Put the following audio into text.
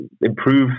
improve